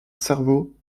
cerveau